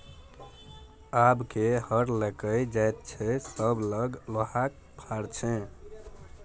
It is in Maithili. आब के हर लकए जोतैय छै सभ लग लोहाक फार छै